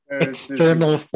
external